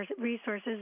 resources